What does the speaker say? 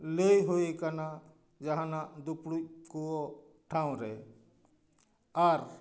ᱞᱟᱹᱭ ᱦᱩᱭᱟᱠᱟᱱᱟ ᱡᱟᱦᱟᱸᱱᱟᱜ ᱫᱩᱯᱲᱩᱵ ᱠᱚ ᱴᱷᱟᱶ ᱨᱮ ᱟᱨ